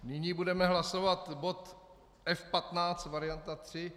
Nyní budeme hlasovat bod F15 varianta III.